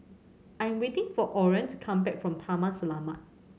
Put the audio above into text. I'm waiting for Orren to come back from Taman Selamat